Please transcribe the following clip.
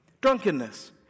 Drunkenness